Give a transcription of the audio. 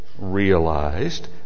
realized